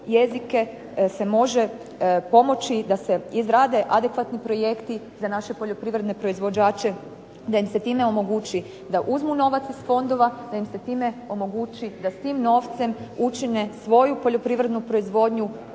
jezike se može pomoći da se izgrade adekvatni projekti za naše poljoprivredne proizvođače, da im se time omogući da uzmu novac iz fondova, da im se time omogući da s tim novcem učine svoju poljoprivrednu proizvodnju